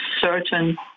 certain